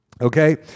okay